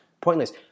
pointless